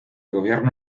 gobierno